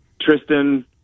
Tristan